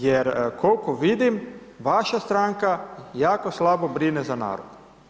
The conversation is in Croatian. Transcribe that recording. Jer kol'ko vidim, vaša stranka jako slabo brine za narod.